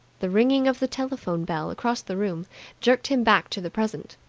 the ringing of the telephone bell across the room jerked him back to the present.